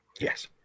yes